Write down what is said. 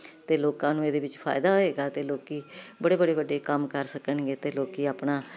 ਤੇ ਲੋਕਾਂ ਨੂੰ ਇਹਦੇ ਵਿੱਚ ਫਾਇਦਾ ਹੋਏਗਾ ਤੇ ਲੋਕੀ ਬੜੇ ਬੜੇ ਵੱਡੇ ਕੰਮ ਕਰ ਸਕਣਗੇ ਤੇ ਲੋਕੀ ਆਪਣਾ